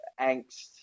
angst